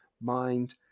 mind